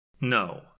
No